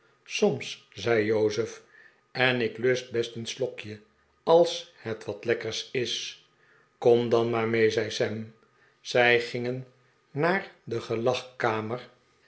soms zei jozef en ik lust best een slokje als het wat lekkers is kom dan maar mee zei sam zij gingen naar de